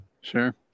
sure